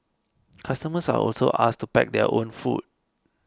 customers are also asked to pack their own food